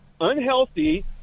unhealthy